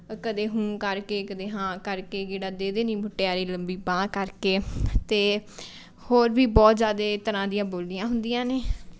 ਕਦੇ ਹੂੰ ਕਰਕੇ ਕਦੇ ਹਾਂ ਕਰਕੇ ਗੇੜਾ ਦੇਦੇ ਨੀ ਮੁਟਿਆਰੇ ਲੰਬੀ ਬਾਂਹ ਕਰਕੇ ਅਤੇ ਹੋਰ ਵੀ ਬਹੁਤ ਜ਼ਿਆਦਾ ਤਰ੍ਹਾਂ ਦੀਆਂ ਬੋਲੀਆਂ ਹੁੰਦੀਆਂ ਨੇ